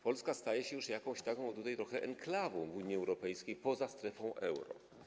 Polska staje się już tutaj jakąś taką trochę enklawą w Unii Europejskiej poza strefą euro.